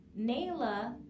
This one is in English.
Nayla